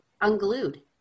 unglued